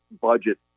budget